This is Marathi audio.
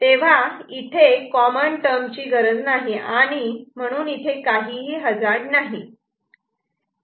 तेव्हा इथे हे कॉमन टर्म ची गरज नाही आणि म्हणून इथे हे काही हजार्ड नाही